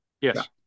yes